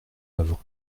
œuvre